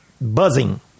buzzing